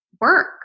work